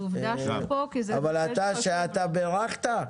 אבל העובדה שאתה בירכת.